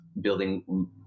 building